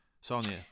Sonia